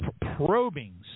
probing